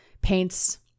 paints